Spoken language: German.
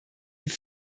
die